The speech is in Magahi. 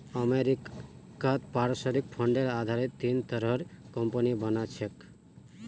अमरीकात पारस्परिक फंडेर आधारत तीन तरहर कम्पनि बना छेक